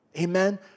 Amen